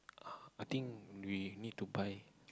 uh I need we need to buy